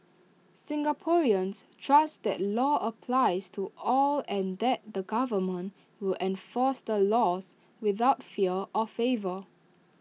Singaporeans trust that law applies to all and that the government will enforce the laws without fear or favour